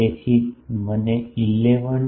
તેથી તે મને 11